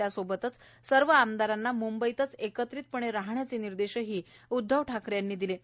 त्यासोबतच सर्व आमदारांना मुंबईतच एकत्रितपणे राहण्याचे निर्देशही उद्धव ठाकरे यांनी दिले आहेत